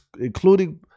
including